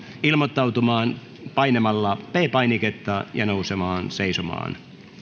ilmoittautumaan painamalla p painiketta ja nousemalla seisomaan